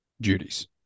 duties